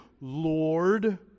Lord